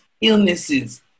illnesses